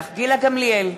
גילה גמליאל,